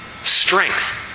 strength